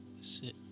Sit